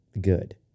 good